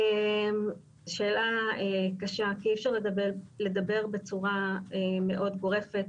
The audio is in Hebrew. שאלה קשה כי אפשר לדבר בצורה מאוד גורפת,